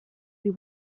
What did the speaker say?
dir